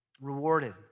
rewarded